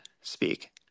speak